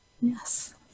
Yes